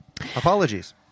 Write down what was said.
Apologies